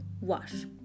wash